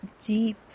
deep